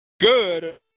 good